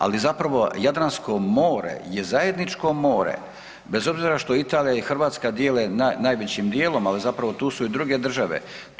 Ali zapravo Jadransko more je zajedničko more bez obzira što Italija i Hrvatska dijele najvećim dijelom, ali zapravo tu su i druge države.